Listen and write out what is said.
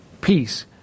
peace